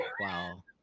wow